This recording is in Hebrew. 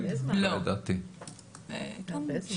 בקשה.